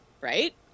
right